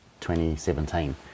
2017